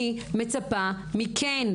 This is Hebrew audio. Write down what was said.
אני מצפה מכן,